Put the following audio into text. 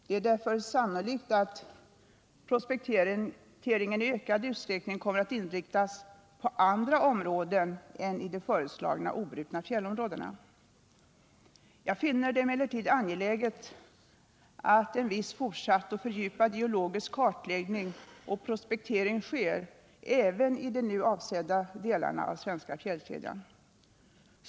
Det är därför sannolikt att prospekteringen i ökad utsträckning kommer att inriktas på andra områden än de föreslagna obrutna fjällområdena. Jag finner det emellertid angeläget att en viss fortsatt och fördjupad geologisk kartläggning och prospektering sker även i de nu avsedda delarna av den svenska fjällkedjan.